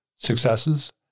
Successes